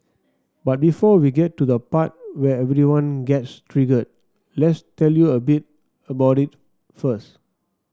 but before we get to the part where everyone gets triggered let's tell you a bit about it first